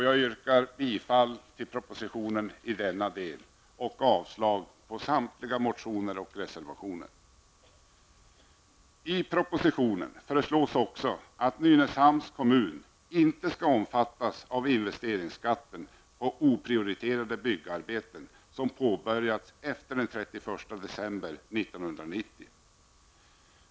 Jag yrkar bifall till propositionen i denna del och avslag på samtliga motioner och reservationer. I propositionen föreslås också att Nynäshamns kommun inte skall omfattas av investeringsskatten på oprioriterade byggnadsarbeten, som påbörjats efter den 31 december 1990.